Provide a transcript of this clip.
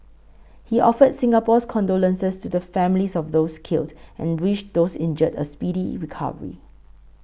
he offered Singapore's condolences to the families of those killed and wished those injured a speedy recovery